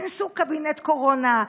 כי עשו קבינט קורונה,